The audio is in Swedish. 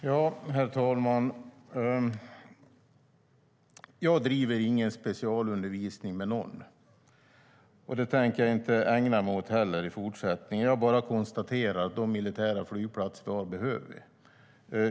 Herr talman! Jag driver ingen specialundervisning med någon. Det tänker jag inte ägna mig åt i fortsättningen heller. Jag bara konstaterar att de militära flygplatser vi har, dem behöver vi.